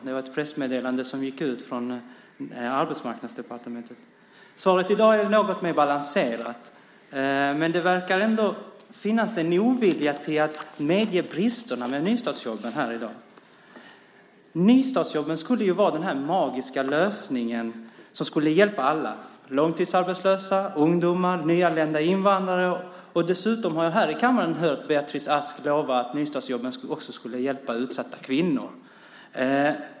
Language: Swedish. Det var ett pressmeddelande som gick ut från Arbetsmarknadsdepartementet. Svaret i dag är något mer balanserat. Men det verkar ändå finnas en ovilja att medge bristerna med nystartsjobben här i dag. Nystartsjobben skulle ju vara den magiska lösningen som skulle hjälpa alla, långtidsarbetslösa, ungdomar, nyanlända invandrare. Dessutom har jag här i kammaren hört Beatrice Ask lova att nystartsjobben också skulle hjälpa utsatta kvinnor.